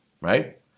right